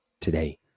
today